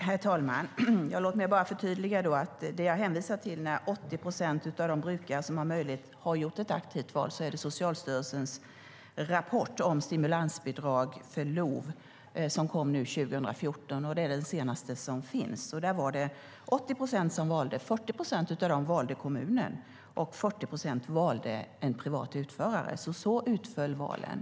Herr talman! Låt mig bara förtydliga att det jag hänvisar till när jag säger att 80 procent av de brukare som har möjlighet har gjort ett aktivt val är Socialstyrelsens rapport om stimulansbidrag för LOV. Den kom 2014 och är den senaste som finns, och där var det 80 procent som valde. Av dem var det 40 procent som valde kommunen och 40 procent som valde en privat utförare. Så utföll alltså valen.